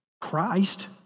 Christ